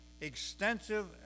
extensive